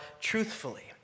truthfully